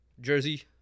Jersey